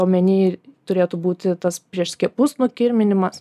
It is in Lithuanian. omeny turėtų būti tas prieš skiepus nukirminimas